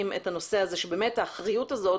את הנושא הזה שבאמת האחריות הזאת,